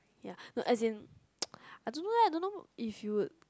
ya no I didn't I don't know lah don't know if you